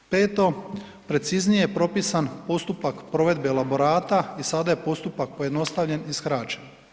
Petom, preciznije je propisan postupak provedbe elaborata i sada je postupak pojednostavljen i skraćen.